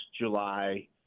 July